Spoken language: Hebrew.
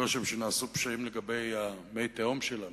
אבל יש לי רושם שנעשו פשעים לגבי מי התהום שלנו,